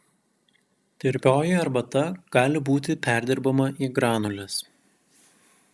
tirpioji arbata gali būti perdirbama į granules